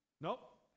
Nope